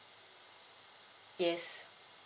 yes